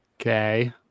Okay